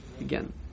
again